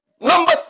Number